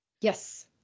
yes